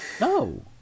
No